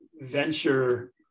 venture